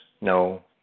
No